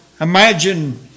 imagine